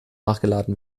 nachgeladen